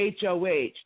hoh